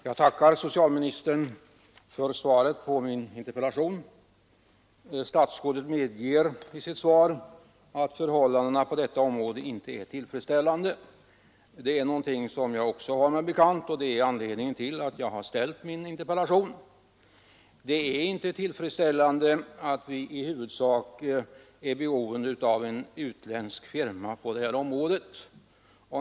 Herr talman! Jag tackar socialministern för svaret på min interpella tion. Statsrådet medger i sitt svar att förhållandena på detta område inte är tillfredsställande. Det är någonting som jag också har mig bekant, och det är anledningen till att jag har ställt min interpellation. Det är inte tillfredsställande att vi i huvudsak är beroende av en utländsk firma på det här området.